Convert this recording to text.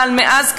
אבל מאז,